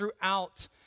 throughout